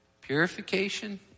Purification